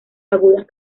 agudas